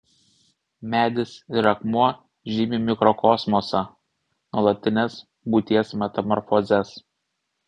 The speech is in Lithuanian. medis ir akmuo žymi mikrokosmosą nuolatines būties metamorfozes